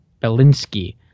Belinsky